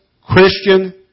Christian